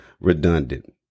redundant